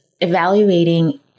evaluating